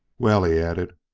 well, he added,